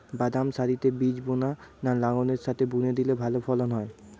বাদাম সারিতে বীজ বোনা না লাঙ্গলের সাথে বুনে দিলে ভালো ফলন হয়?